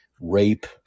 rape